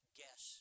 guess